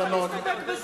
למה להסתפק בזה?